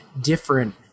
different